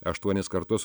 aštuonis kartus